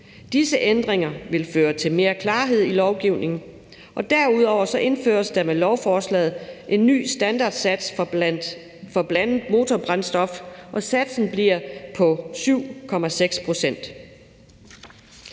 Disse ændringer vil føre til mere klarhed i lovgivningen, og derudover indføres der med lovforslaget en ny standardsats for blandet motorbrændstof, og satsen bliver på 7,6 pct.